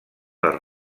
les